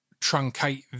truncate